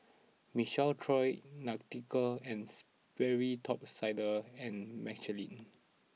Michael Trio Nautica and Sperry Top Sider and Michelin